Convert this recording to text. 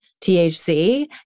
THC